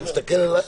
אתה מסתכל עלי.